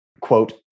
quote